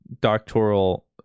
doctoral